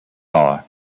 bar